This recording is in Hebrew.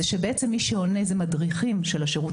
בעצם מי שעונה הם מדריכים של השירות